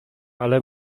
ale